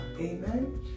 Amen